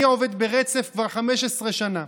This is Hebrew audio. אני עובד ברצף כבר 15 שנה,